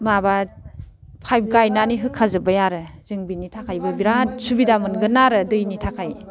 माबा फायप गायनानै होखा जोबबाय आरो जों बेनि थाखायबो बिराद सुबिदा मोनगोन आरो दैनि थाखाय